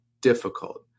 difficult